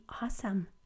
awesome